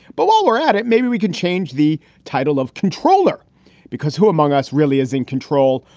but while we're at it, maybe we can change the title of comptroller because who among us really is in control?